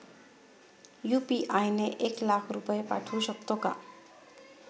UPI ने एक लाख रुपये पाठवू शकतो का?